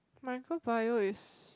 micro-bio is